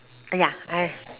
ya I have